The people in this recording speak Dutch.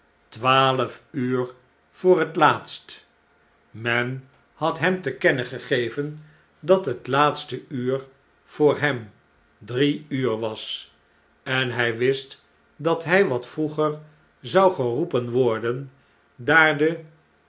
twaalf uur voor het laatst men had hem te kennen gegeven dat hetlaatste uur voor hem drie uur was en hfl wist dat hjj wat vroeger zou geroepen worden daar de